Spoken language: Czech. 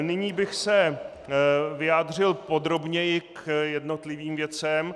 Nyní bych se vyjádřil podrobněji k jednotlivým věcem.